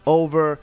over